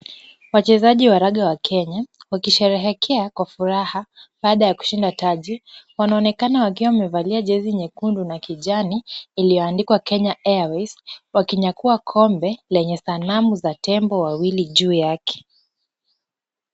Wachezaji wa raga wa Kenya, wakisherehekea kwa furaha baada ya kushinda taji, wanaonekana wakiwa wamevalia jezi nyekundu na kijani iliyoandikwa Kenya Airways, wakinyakua kombe lenye sanamu za tembo wawili juu yake.